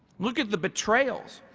look at the betrayals,